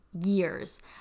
Years